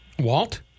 Walt